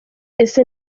ese